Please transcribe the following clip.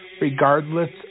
regardless